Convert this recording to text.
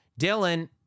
Dylan